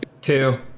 two